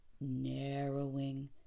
narrowing